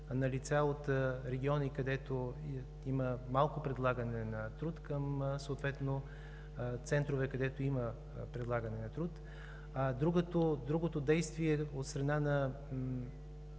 на лица от региони, където има малко предлагане на труд, към центрове, където има предлагане на труд. А другото действие от страна на